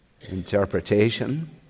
interpretation—